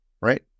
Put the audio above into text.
right